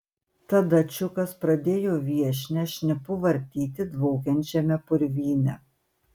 tada čiukas pradėjo viešnią šnipu vartyti dvokiančiame purvyne